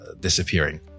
disappearing